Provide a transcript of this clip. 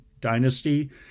dynasty